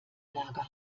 lager